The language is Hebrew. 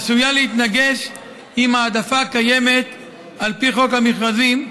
עשויה להתנגש עם ההעדפה הקיימת על פי חוק המכרזים,